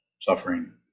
suffering